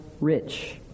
rich